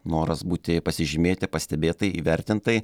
noras būti pasižymėti pastebėtai įvertintai